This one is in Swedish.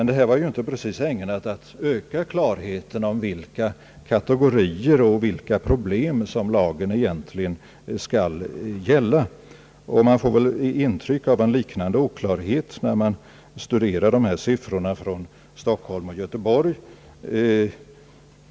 Detta var dock inte precis ägnat att öka klarheten om vilka kategorier och vilka problem som lagen egentligen skall ta sikte på. Man får intryck av en liknande oklarhet när man studerar siffrorna från Stockholm och Göteborg.